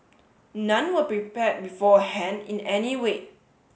none were prepared beforehand in any way